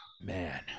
Man